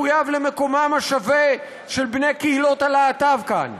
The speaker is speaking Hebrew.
מחויב למקומם השווה של בני קהילות הלהט"ב כאן,